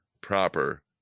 proper